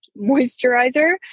moisturizer